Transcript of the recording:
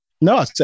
No